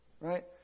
right